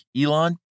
Elon